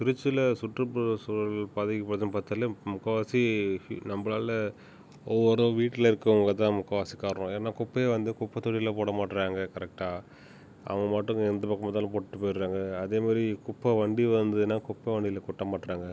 திருச்சியில் சுற்றுப்புறச்சூழல் பாதிக்கப்படுதுன்னு பார்த்தாலே முக்கால்வாசி நம்மளால ஒவ்வொரு வீட்டில் இருக்கிறவங்க தான் முக்கால்வாசி காரணம் ஏன்னா குப்பையை வந்து குப்பை தொட்டியில் போடமாட்டிறாங்க கரெக்ட்டாக அவங்க பாட்டுக்கு எந்த பக்கம் பார்த்தாலும் போட்டு போயிவிடுறாங்க அதேமாதிரி குப்பை வண்டி வந்ததுன்னா குப்பை வண்டியில் கொட்டமாட்டிறாங்க